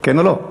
כן או לא?